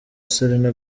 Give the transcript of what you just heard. selena